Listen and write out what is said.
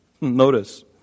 Notice